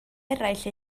eraill